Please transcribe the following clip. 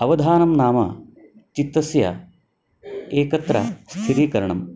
अवधानं नाम चित्तस्य एकत्रं स्थितीकरणम्